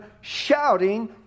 shouting